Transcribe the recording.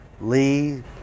Lee